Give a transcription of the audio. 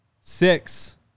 six